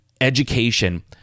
education